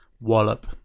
Wallop